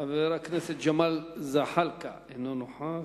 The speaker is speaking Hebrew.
חבר הכנסת ג'מאל זחאלקה, אינו נוכח.